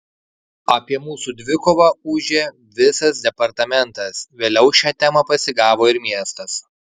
apie mūsų dvikovą ūžė visas departamentas vėliau šią temą pasigavo ir miestas